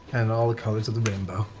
and all the colors of the rainbow.